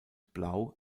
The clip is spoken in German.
blau